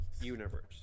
universe